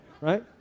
Right